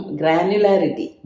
granularity